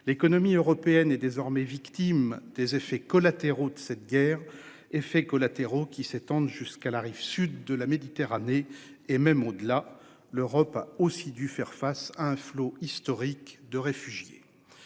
L'économie européenne est désormais victime des effets collatéraux de cette guerre effets collatéraux qui s'étendent jusqu'à la rive sud de la Méditerranée et même au-delà, l'Europe a aussi dû faire face à un flot historique de réfugiés.